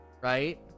Right